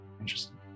Interesting